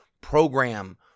program